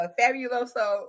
Fabuloso